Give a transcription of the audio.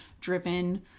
driven